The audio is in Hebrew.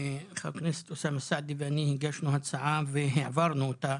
חבר הכנסת אוסאמה סעדי ואני הגשנו הצעה והעברנו אותה.